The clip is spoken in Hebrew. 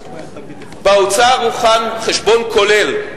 באוצר הוכן חשבון כולל,